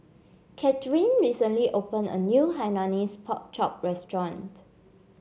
Katheryn recently opened a new Hainanese Pork Chop restaurant